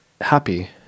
happy